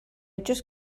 just